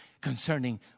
concerning